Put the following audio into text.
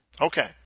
okay